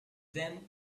them